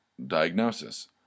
diagnosis